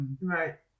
Right